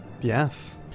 yes